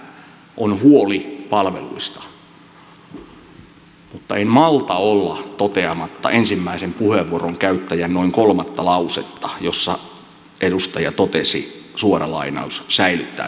ymmärrän erittäin hyvin sen että on huoli palveluista mutta en malta olla toteamatta ensimmäisen puheenvuoron käyttäjän noin kolmatta lausetta jossa edustaja totesi säilyttää synnytyssairaalat